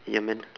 ya man